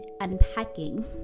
unpacking